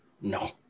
No